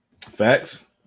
Facts